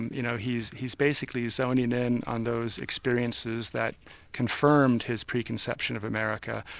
you know he's he's basically zoning in on those experiences that confirmed his preconception of america,